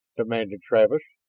demanded travis.